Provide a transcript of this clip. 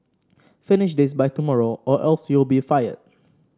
finish this by tomorrow or else you'll be fired